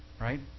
right